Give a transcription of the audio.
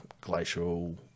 glacial